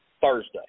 Thursday